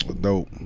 dope